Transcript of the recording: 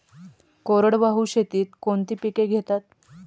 कोरडवाहू शेतीत कोणती पिके घेतात?